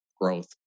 growth